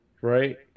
right